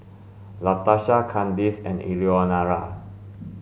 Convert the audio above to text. Latarsha Kandice and Eleanora